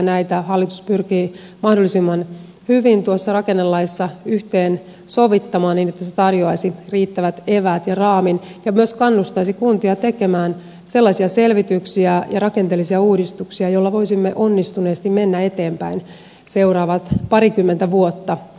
näitä hallitus pyrkii mahdollisimman hyvin tuossa rakennelaissa yhteensovittamaan niin että se tarjoaisi riittävät eväät ja raamin ja myös kannustaisi kuntia tekemään sellaisia selvityksiä ja rakenteellisia uudistuksia joilla voisimme onnistuneesti mennä eteenpäin seuraavat parikymmentä vuotta